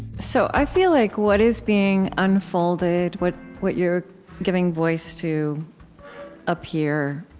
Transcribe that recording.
so, i feel like what is being unfolded, what what you're giving voice to up here,